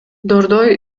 дордой